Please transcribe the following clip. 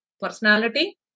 personality